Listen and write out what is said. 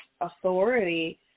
authority